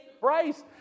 price